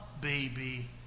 baby